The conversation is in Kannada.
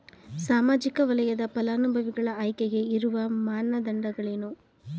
ಸಾಮಾಜಿಕ ವಲಯದ ಫಲಾನುಭವಿಗಳ ಆಯ್ಕೆಗೆ ಇರುವ ಮಾನದಂಡಗಳೇನು?